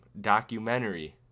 documentary